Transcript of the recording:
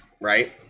right